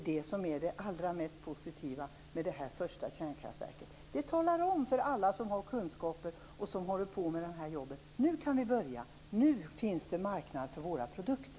Det är det allra mest positiva med det här. Det talar om för alla som har kunskaper och som håller på med detta: Nu kan ni börja, nu finns det marknad för era produkter.